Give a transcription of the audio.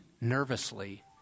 nervously